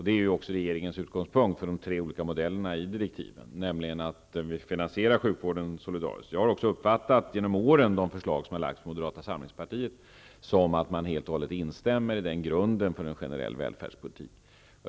Det är också regeringens utgångspunkt för de tre olika modellerna i direktiven, nämligen att vi skall finansiera sjukvården solidariskt. Jag har också uppfattat de förslag som under årens lopp har lagts fram av Moderata samlingspartiet som att man helt och hållet instämmer när det gäller den grunden för en generell välfärdspolitik.